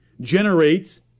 generates